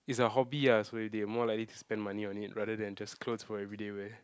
is a hobby ah so they more likely to spend money on it rather than just clothes for every day wear